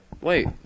Wait